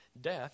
death